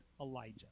Elijah